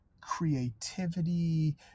creativity